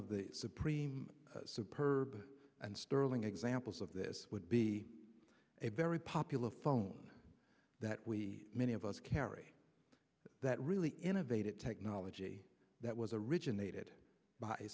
of the supreme super and sterling examples of this would be a very popular phone that we many of us carry that really innovative technology that was originated by